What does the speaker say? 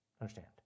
Understand